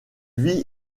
vit